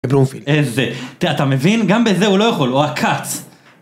איזה, אתה מבין? גם בזה הוא לא יכול, הוא עקץ.